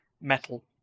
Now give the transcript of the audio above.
metal